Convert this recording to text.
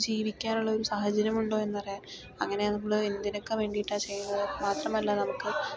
ജീവിക്കാനുള്ള ഒരു സാഹചര്യം ഉണ്ടോ എന്നറിയാൻ അങ്ങനെ നമ്മള് എന്തിനൊക്കെ വേണ്ടിയിട്ടാണ് ചെയ്യണ്ടത് മാത്രമല്ല നമുക്ക്